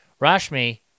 Rashmi